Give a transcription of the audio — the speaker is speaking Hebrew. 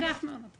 לאגף המעונות.